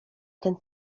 ten